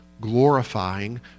Glorifying